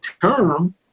term